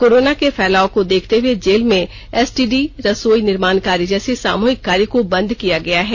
corona के फैलाव को देखते हुए जेल में एसटीडी रसोई निर्माण कार्य जैसे सामूहिक कार्य को बंद किया गया है